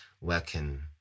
working